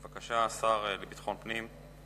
בבקשה, ישיב השר לביטחון פנים.